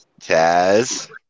Taz